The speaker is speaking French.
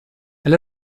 elle